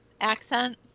accent